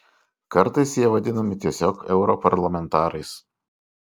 kartais jie vadinami tiesiog europarlamentarais